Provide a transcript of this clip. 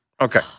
Okay